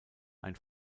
ein